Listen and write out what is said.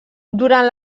durant